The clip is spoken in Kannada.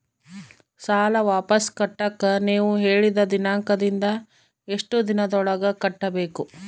ಸಾಲ ವಾಪಸ್ ಕಟ್ಟಕ ನೇವು ಹೇಳಿದ ದಿನಾಂಕದಿಂದ ಎಷ್ಟು ದಿನದೊಳಗ ಕಟ್ಟಬೇಕು?